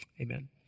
Amen